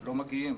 לא מגיעים,